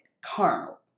carnal